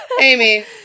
Amy